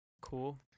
Cool